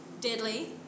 deadly